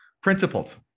principled